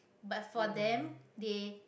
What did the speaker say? but for them they